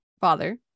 father